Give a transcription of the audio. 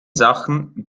sachen